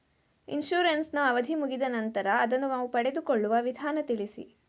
Insurance ನ ಅವಧಿ ಮುಗಿದ ನಂತರ ಅದನ್ನು ನಾವು ಪಡೆದುಕೊಳ್ಳುವ ವಿಧಾನ ತಿಳಿಸಿ?